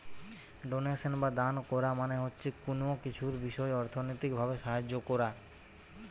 donation বা দান কোরা মানে হচ্ছে কুনো কিছুর বিষয় অর্থনৈতিক ভাবে সাহায্য কোরা